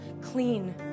clean